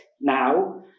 now